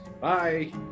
Bye